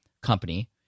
company